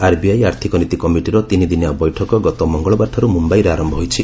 RBI ଆର୍ଥିକ ନୀତି କମିଟିର ତିନିଦିନିଆ ବୈଠକ ଗତ ମଙ୍ଗଳବାରଠାରୁ ମୁମ୍ଭାଇରେ ଆରମ୍ଭ ହୋଇଛି